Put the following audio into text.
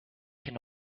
can